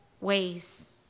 ways